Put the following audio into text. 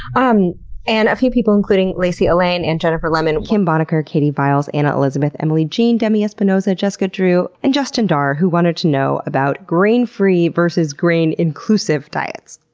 um and a few people, including lacey allain, and jennifer lemon, kim bonacker, katie viles, anna elizabeth, emily jean, demi espinoza, jessica drew, and justin darr, who wanted to know about grain-free versus grain-inclusive diets.